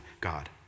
God